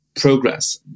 progress